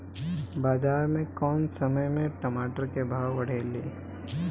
बाजार मे कौना समय मे टमाटर के भाव बढ़ेले?